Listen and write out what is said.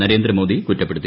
നരേന്ദ്രമോദി കുറ്റപ്പെടുത്തി